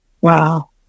Wow